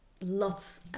lots